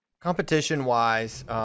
Competition-wise